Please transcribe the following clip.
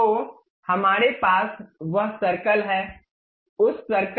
तो हमारे पास वह सर्कल है